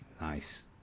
Nice